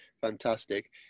fantastic